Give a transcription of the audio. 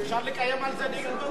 אפשר לקיים על זה דיון.